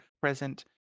present